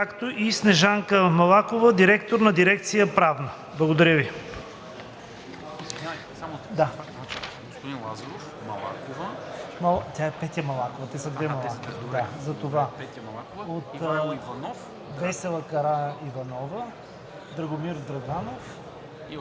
както и Снежанка Малакова – директор на дирекция „Правна“. Благодаря Ви.